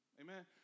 Amen